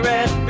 Red